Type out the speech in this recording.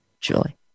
Julie